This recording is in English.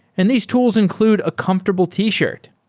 and these tools include a comfortable t-shirt.